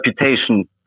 reputation